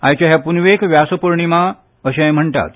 आयचे हे प्नवेक व्यासपौर्णिमा अशेय म्हणटात